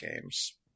games